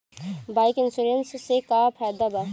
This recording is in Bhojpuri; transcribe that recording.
बाइक इन्शुरन्स से का फायदा बा?